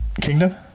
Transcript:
kingdom